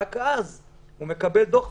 רק אז הוא מקבל דוח.